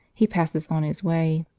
he passes on his way.